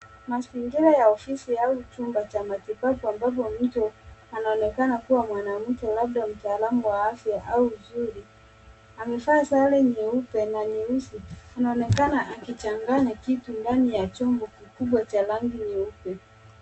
Mazingira ya ofisi au ni chumba cha matibabu, ambapo mtu anaonekana kuwa mwanamke labda mtaalanu wa afya au mjuzi. Amevaa sare nyeupe na nyeusi. Anaonekana akitembea na kitu ndani ya chombo kikubwa cha rangi nyeupe